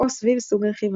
או סביב סוג רכיבה.